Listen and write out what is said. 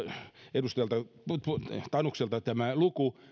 edustaja tanukselta tämä luku